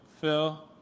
Phil